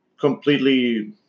completely